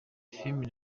filimi